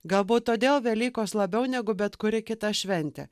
galbūt todėl velykos labiau negu bet kuri kita šventė